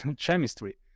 chemistry